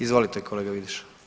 Izvolite kolega Vidiš.